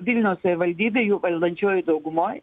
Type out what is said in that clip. vilniaus savivaldybėj jų valdančiojoj daugumoj